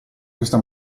questa